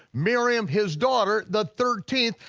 miriam his daughter the thirteenth,